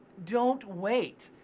don't wait.